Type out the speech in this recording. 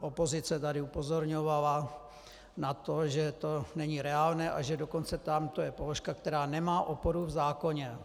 Opozice tady upozorňovala na to, že to není reálné, a že dokonce je to položka, která nemá oporu v zákoně.